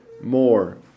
more